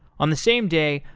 on the same day,